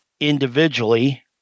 Individually